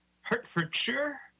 Hertfordshire